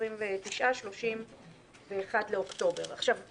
29 ו-30 בספטמבר ו-1 באוקטובר.